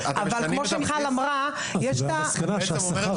אבל כמו שמיכל אמרה --- את בעצם אומרת